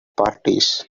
parties